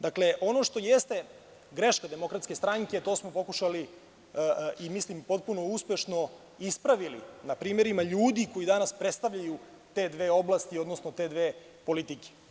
Dakle, ono što jeste greška DS, to smo pokušali i mislim potpuno uspešno ispravili na primerima ljudi koji danas predstavljaju te dve oblasti, odnosno te dve politike.